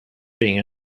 being